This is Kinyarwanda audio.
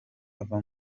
ava